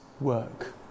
work